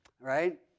right